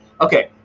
Okay